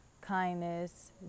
kindness